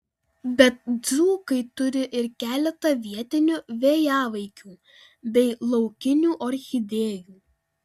bet dzūkai turi ir keletą vietinių vėjavaikių bei laukinių orchidėjų